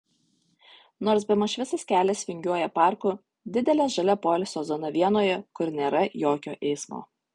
nors bemaž visas kelias vingiuoja parku didele žalia poilsio zona vienoje kur nėra jokio eismo